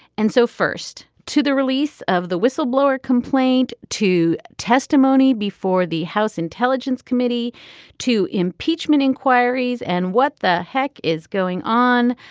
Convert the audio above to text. and so first to the release of the whistleblower complaint to testimony before the house intelligence committee two impeachment inquiries and what the heck is going on.